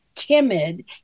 Timid